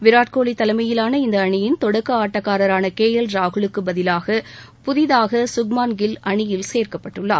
விராட் கோலி தலைமையிலான இந்த அணியின் தொடக்க ஆட்டக்காரரான கே எல் ராகுலுக்கு பதிலாக புதிதாக சுக்மான் கில் அணியில் சேர்க்கப்பட்டுள்ளார்